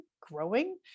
growing